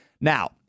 Now